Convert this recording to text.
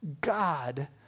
God